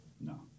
No